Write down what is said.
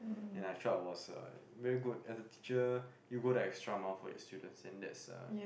and I felt it was a very good as a teacher you go the extra mile for your students and that's uh